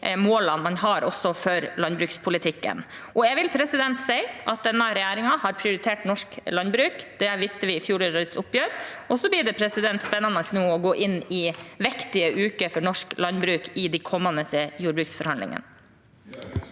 målene man har for landbrukspolitikken. Jeg vil si at denne regjeringen har prioritert norsk landbruk. Det viste vi i fjorårets oppgjør, og så blir det spennende når vi nå går inn i viktige uker for norsk landbruk i de kommende jordbruksforhandlingene.